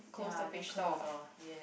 ya then close the door ya